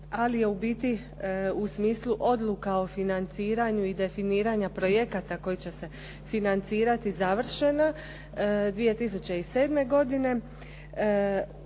ali je u biti u smislu odluka o financiranju i definiranja projekata koji će se financirati završena 2007. godine.